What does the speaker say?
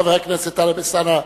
חבר הכנסת טלב אלסאנע,